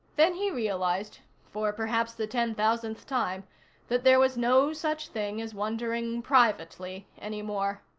then he realized for perhaps the ten-thousandth time that there was no such thing as wondering privately any more.